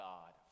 God